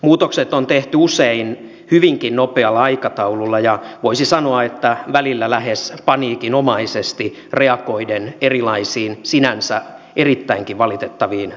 muutokset on tehty usein hyvinkin nopealla aikataululla ja voisi sanoa välillä lähes paniikinomaisesti reagoiden erilaisiin sinänsä erittäinkin valitettaviin tapahtumiin